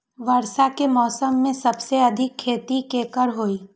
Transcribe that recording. वर्षा के मौसम में सबसे अधिक खेती केकर होई?